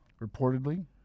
reportedly